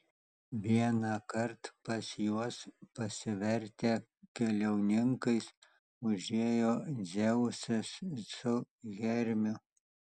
vienąkart pas juos pasivertę keliauninkais užėjo dzeusas su hermiu